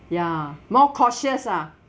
ya more cautious ah